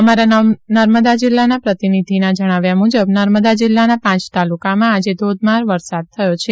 અમારા નર્મદા જિલ્લાના પ્રતિનિધિના જણાવ્યા મુજબ નર્મદા જિલ્લાના પાંચ તાલુકામાં આજે ધોધમાર વરસાદ થયો છે